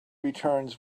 returns